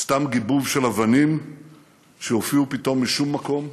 סתם גיבוב של אבנים שהופיעו פתאום משום מקום,